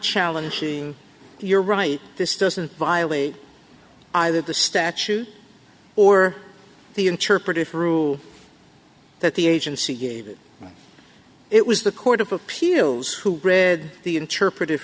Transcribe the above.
challenging your right this doesn't violate either the statute or the interpreted through that the agency gave it it was the court of appeals who read the interpret